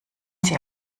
sie